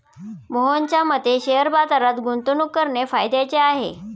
मोहनच्या मते शेअर बाजारात गुंतवणूक करणे फायद्याचे आहे